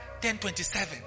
10.27